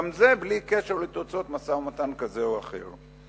גם זה בלי קשר לתוצאות של משא-ומתן כזה או אחר.